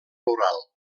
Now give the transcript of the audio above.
rural